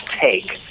take